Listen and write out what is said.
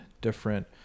different